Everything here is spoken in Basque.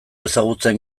ezagutzen